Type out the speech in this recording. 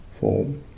form